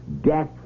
Death